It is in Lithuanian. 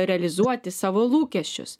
realizuoti savo lūkesčius